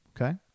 Okay